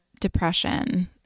depression